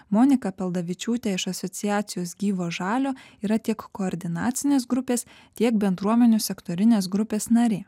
monika paldavičiūtė iš asociacijos gyvo žalio yra tiek koordinacinės grupės tiek bendruomenių sektorinės grupės narė